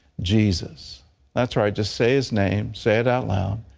jesus that's right, just say his name. say it out loud.